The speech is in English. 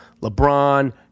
LeBron